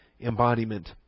embodiment